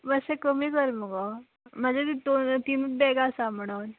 मातशें कमी कर मुगो म्हजी तिनूत बॅगां आसा म्हणून